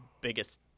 biggest